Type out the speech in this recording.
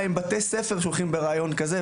עם בתי ספר שהולכים עם רעיון כזה,